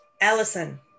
Allison